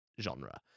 genre